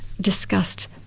discussed